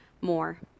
more